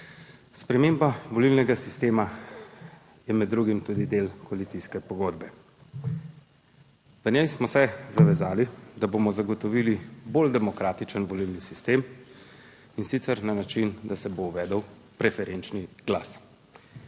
Sprememba volilnega sistema je med drugim tudi del koalicijske pogodbe. V njej smo se zavezali, da bomo zagotovili bolj demokratičen volilni sistem, in sicer na način, da se bo uvedel preferenčni glas;